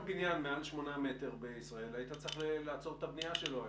כל בניין מעל שמונה מטרים בישראל היית צריך לעצור את הבנייה שלו היום.